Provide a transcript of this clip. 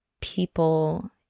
people